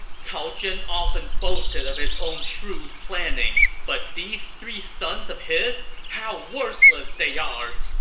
cao zhen often boasted of his own shrewd planning. but these three sons of his! how worthless they are!